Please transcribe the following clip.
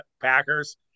Packers